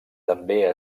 també